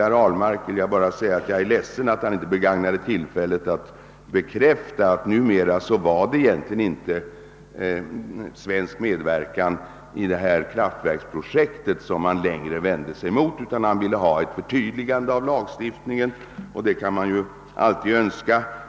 Sedan är jag ledsen över att herr Ahlmark inte begagnade tillfället att här förklara att han numera egentligen inte vänder sig mot svensk medverkan i kraftverksprojektet utan att han vill ha ett förtydligande av lagstiftningen — och det kan man ju alltid önska.